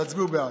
תצביעו בעד.